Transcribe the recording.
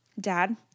dad